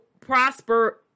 Prosper